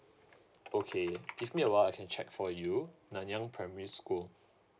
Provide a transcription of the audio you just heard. okay give me a while I can check for you nanyang primary school